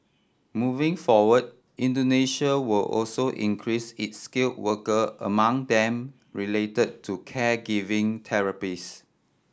moving forward Indonesia will also increase its skill worker among them relate to caregiver therapists